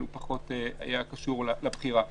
אבל הוא פחות היה קשור לבחירה